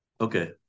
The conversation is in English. Okay